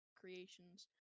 creations